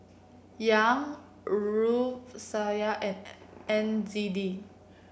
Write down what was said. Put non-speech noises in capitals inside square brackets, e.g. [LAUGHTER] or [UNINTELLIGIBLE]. Yuan Rufiyaa and [UNINTELLIGIBLE] N Z D